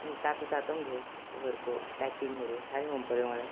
तातो तातो पनि थियो तपाईँहरूको प्याकिङहरू साह्रै मनपर्यो मलाई